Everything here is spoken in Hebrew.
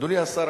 אדוני השר,